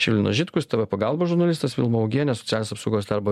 žilvinas žitkus tv pagalbos žurnalistas vilma augienė socialinės apsaugos darbo